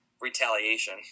retaliation